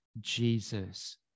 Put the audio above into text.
Jesus